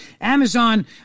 Amazon